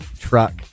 truck